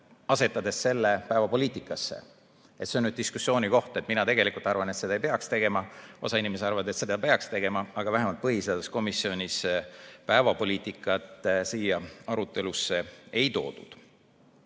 asetades selle päevapoliitikasse. See on diskussiooni koht. Mina tegelikult arvan, et seda ei peaks tegema. Osa inimesi arvab, et seda peaks tegema, aga vähemalt põhiseaduskomisjonis päevapoliitikat siia arutelusse ei toodud. Härra